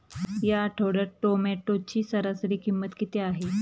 या आठवड्यात टोमॅटोची सरासरी किंमत किती आहे?